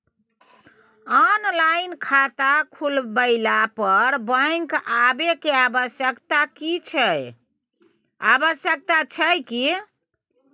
Online खाता खुलवैला पर बैंक आबै के आवश्यकता छै की?